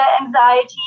anxiety